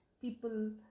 people